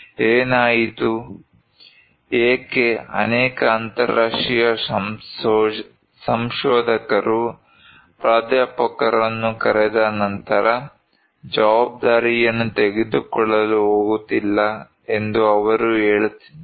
ಏನಾಯಿತು ಏಕೆ ಅನೇಕ ಅಂತಾರಾಷ್ಟ್ರೀಯ ಸಂಶೋಧಕರು ಪ್ರಾಧ್ಯಾಪಕರನ್ನು ಕರೆದ ನಂತರ ಜವಾಬ್ದಾರಿಯನ್ನು ತೆಗೆದುಕೊಳ್ಳಲು ಹೋಗುತ್ತಿಲ್ಲ ಎಂದು ಅವರು ಹೇಳುತ್ತಿದ್ದಾರೆ